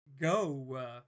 go